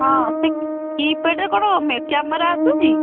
ହଁ ସେ କି ପ୍ୟାଡ଼୍ରେ କ'ଣ କ୍ୟାମେରା ଆସୁଛି